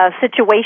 situation